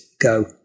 go